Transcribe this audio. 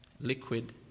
liquid